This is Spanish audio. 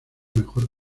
mejor